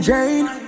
Jane